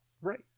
Right